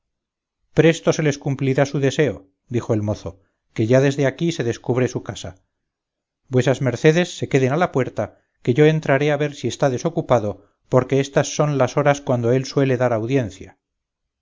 presto se les cumplirá su deseo dijo el mozo que ya desde aquí se descubre su casa vuesas mercedes se queden a la puerta que yo entraré a ver si está desocupado porque éstas son las horas cuando él suele dar audiencia